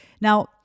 Now